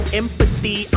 empathy